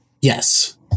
Yes